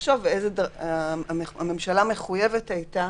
הממשלה גם הייתה מחויבת